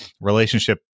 relationship